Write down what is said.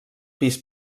pis